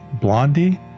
Blondie